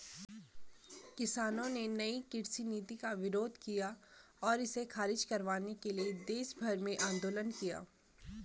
किसानों ने नयी कृषि नीति का विरोध किया और इसे ख़ारिज करवाने के लिए देशभर में आन्दोलन किया